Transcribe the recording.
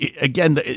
again